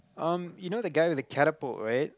um you know the guy with the catapult right